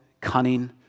cunning